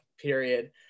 period